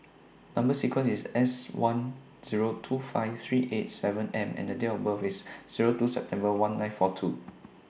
Number sequence IS S one Zero two five three eight seven M and Date of birth IS Zero two September one nine four two